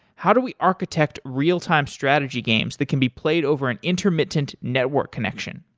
how do we architect real-time strategy games that can be played over an intermittent network connection?